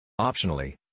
Optionally